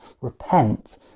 repent